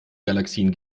galaxien